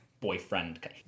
boyfriend